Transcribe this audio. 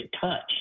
touched